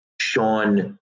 Sean